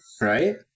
Right